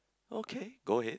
okay go ahead